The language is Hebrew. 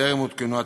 טרם הותקנו התקנות.